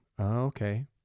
Okay